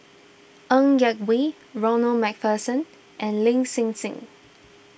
Ng Yak Whee Ronald MacPherson and Lin Hsin Hsin